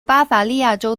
巴伐利亚州